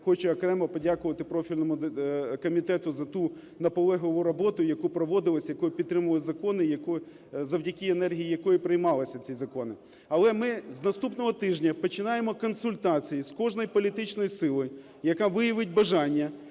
хочу окремо подякувати профільному комітету за ту наполегливу роботу, яка проводилась, якою підтримували закони і завдяки енергії якої приймалися ці закони. Але ми з наступного тижня починаємо консультації з кожною політичною силою, яка виявить бажання